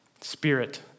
Spirit